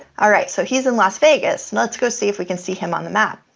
all right, so he's in las vegas and let's go see if we can see him on the map.